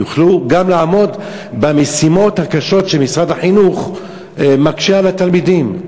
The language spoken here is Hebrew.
יוכלו גם לעמוד במשימות הקשות שמשרד החינוך מקשה בהן על התלמידים.